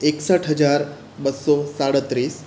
એકસઠ હજાર બસો સાડત્રીસ